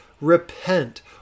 repent